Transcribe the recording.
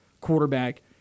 quarterback